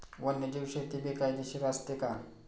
वन्यजीव शेती बेकायदेशीर असते का?